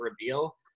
reveal